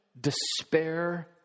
despair